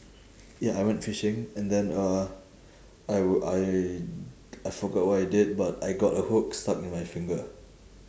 ya I went fishing and then uh I I I forgot what I did but I got a hook stuck in my finger